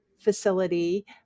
facility